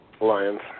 Lions